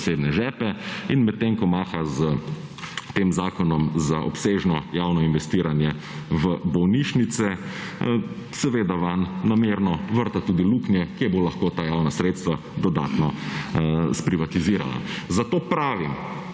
In medtem, ko maha s tem zakonom za obsežno javno investiranje v bolnišnice, seveda vanj namerno vrta tudi luknje, kje bo lahko ta javna sredstva dodatno sprivatizirala. Zato pravim,